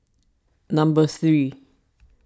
number three